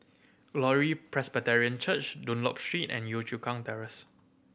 Glory Presbyterian Church Dunlop Street and Yio Chu Kang Terrace